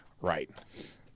Right